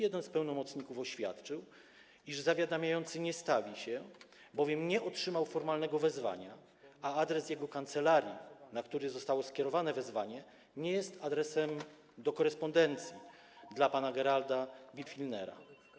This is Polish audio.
Jeden z pełnomocników oświadczył, iż zawiadamiający nie stawi się, nie otrzymał bowiem formalnego wezwania, a adres jego kancelarii, na który zostało skierowane wezwanie, nie jest adresem do korespondencji dla pana Geralda Birgfellnera.